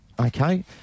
Okay